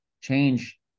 change